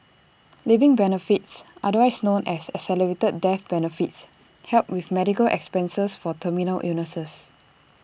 living benefits otherwise known as accelerated death benefits help with medical expenses for terminal illnesses